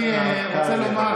אני רוצה לומר,